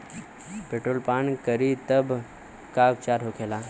Petrol पान करी तब का उपचार होखेला?